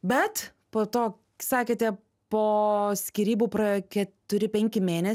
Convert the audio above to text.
bet po to sakėte po skyrybų praėjo keturi penki mėnes